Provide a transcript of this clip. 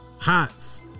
hats